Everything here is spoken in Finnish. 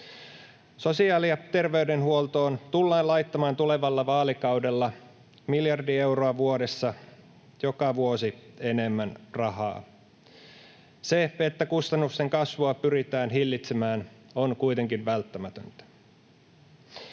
Sosiaali- ja terveydenhuoltoon tullaan laittamaan tulevalla vaalikaudella miljardi euroa vuodessa joka vuosi enemmän rahaa. Se, että kustannusten kasvua pyritään hillitsemään, on kuitenkin välttämätöntä.